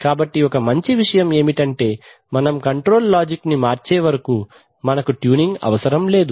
కాబట్టి ఒక మంచి విషయం ఏమిటంటే మనం కంట్రోల్ లాజిక్ని మార్చే వరకు మనకు ట్యూనింగ్ అవసరం లేదు